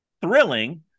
thrilling